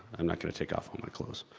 i'm not gonna take off all my clothes.